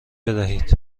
بدهید